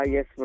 Yes